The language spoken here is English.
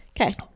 Okay